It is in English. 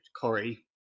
Corey